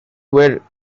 were